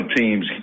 teams